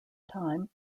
time